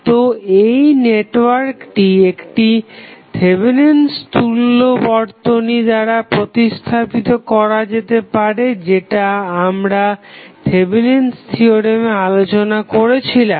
তো এই নেটওয়ার্কটি একটি থেভেনিন'স তুল্য Thevenins equivalent বর্তনী দ্বারা প্রতিস্থাপিত করা যেতে পারে যেটা আমরা থেভেনিন থিওরেমে আলোচনা করেছিলাম